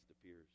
appears